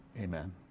amen